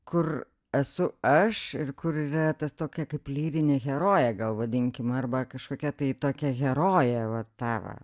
kur esu aš ir kur yra tas tokia kaip lyrinė herojė gal vadinkim arba kažkokia tai tokia herojė va ta va